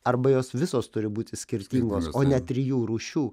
arba jos visos turi būti skirtingos o ne trijų rūšių